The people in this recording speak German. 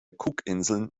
cookinseln